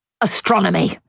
Astronomy